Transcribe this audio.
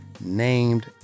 named